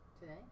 Today